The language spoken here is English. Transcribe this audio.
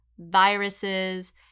Viruses